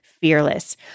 fearless